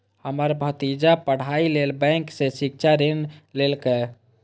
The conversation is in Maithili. हमर भतीजा पढ़ाइ लेल बैंक सं शिक्षा ऋण लेलकैए